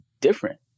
different